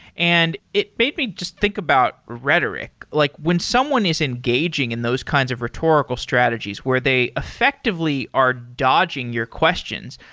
and it made me just think about rhetoric. like when someone is engaging in those kinds of rhetorical strategies where they effectively are dodging your questions,